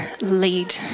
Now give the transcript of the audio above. lead